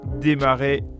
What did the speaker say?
démarrer